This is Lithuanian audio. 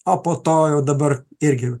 o po to jau dabar irgi